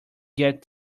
get